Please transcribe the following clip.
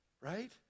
Right